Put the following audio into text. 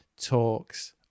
Talks